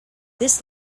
this